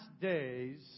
days